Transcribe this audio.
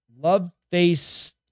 Loveface